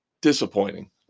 Disappointing